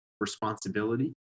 responsibility